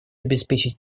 обеспечить